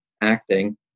acting